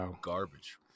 garbage